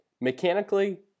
mechanically